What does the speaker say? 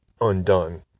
undone